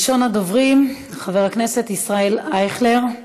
ראשון הדוברים, חבר הכנסת ישראל אייכלר,